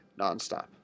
nonstop